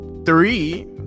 Three